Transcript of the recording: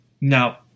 Now